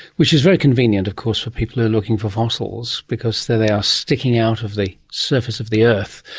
which is very convenient of course for people who are looking for fossils because there they are sticking out of the surface of the earth,